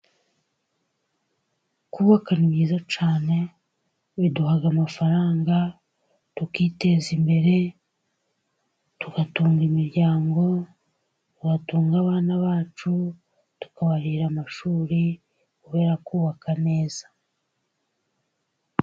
Kubaka ni byiza cyane biduha amafaranga tukiteza imbere, tugatunga imiryango tugatunga abana bacu, tukabarihira amashuri kubera kubaka neza.